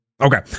Okay